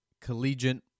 collegiate